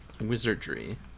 Wizardry